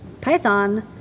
Python